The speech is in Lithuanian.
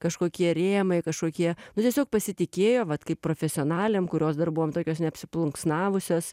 kažkokie rėmai kažkokie nu tiesiog pasitikėjo vat kaip profesionalėm kurios dar buvom tokios neapsiplunksnavusios